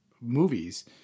movies